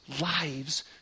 lives